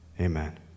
Amen